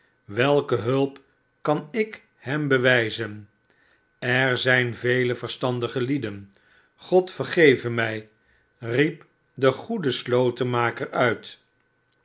welke hulp kan ik hem bewijzen er zijn vele verstandige lieden god vergeve mij riep de goede slotenmaker uit